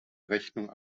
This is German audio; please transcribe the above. rechnung